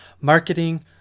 marketing